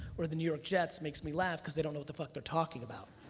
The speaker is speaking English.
or the new york jets makes me laugh cause they don't know what the fuck they're talking about.